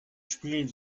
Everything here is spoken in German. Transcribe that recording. spiel